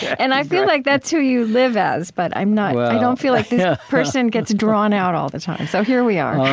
and i feel like that's who you live as, but i'm not i don't feel like this yeah person gets drawn out all the time. so here we are,